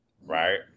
right